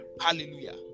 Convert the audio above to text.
Hallelujah